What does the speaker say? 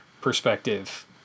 perspective